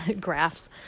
graphs